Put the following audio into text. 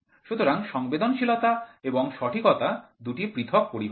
সুতরাং সংবেদনশীলতা এবং সঠিকতা দুটি পৃথক পরিভাষা